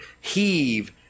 heave